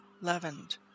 leavened